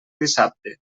dissabte